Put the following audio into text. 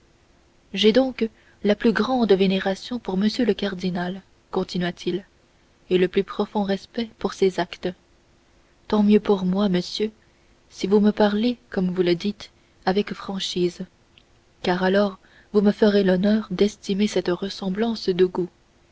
j'ai donc la plus grande vénération pour m le cardinal continua-t-il et le plus profond respect pour ses actes tant mieux pour moi monsieur si vous me parlez comme vous le dites avec franchise car alors vous me ferez l'honneur d'estimer cette ressemblance de goût